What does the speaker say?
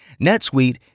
NetSuite